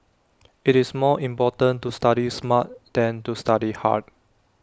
IT is more important to study smart than to study hard